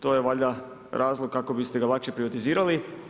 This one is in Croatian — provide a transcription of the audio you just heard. To je valjda razlog kako biste ga lakše privatizirali.